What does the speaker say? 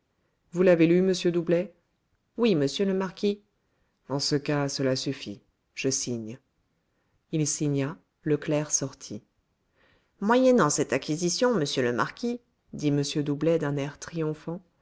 vous l'avez lu monsieur doublet oui monsieur le marquis en ce cas cela suffit je signe il signa le clerc sortit moyennant cette acquisition monsieur le marquis dit m doublet d'un air triomphant